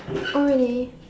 oh really